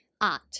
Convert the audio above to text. art